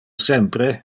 sempre